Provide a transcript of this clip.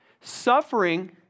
Suffering